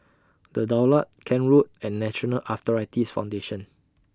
The Daulat Kent Road and National Arthritis Foundation